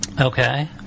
Okay